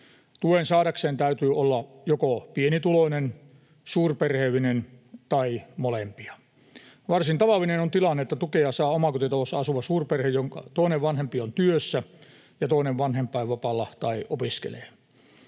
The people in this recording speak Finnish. Tuen saadakseen täytyy olla joko pienituloinen, suurperheellinen tai molempia. Varsin tavallinen on tilanne, että tukea saa omakotitalossa asuva suurperhe, jonka toinen vanhempi on työssä ja toinen vanhempainvapaalla tai opiskelee.